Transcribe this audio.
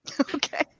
Okay